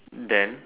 then